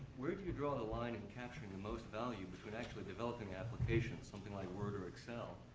where do you draw the line in capturing the most value between actually developing applications, something like word or excel,